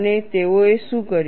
અને તેઓએ શું કર્યું